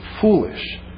foolish